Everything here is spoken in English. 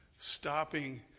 Stopping